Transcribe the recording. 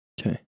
Okay